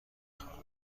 خواهم